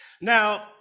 Now